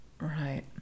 Right